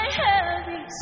heavy